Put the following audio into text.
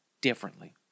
differently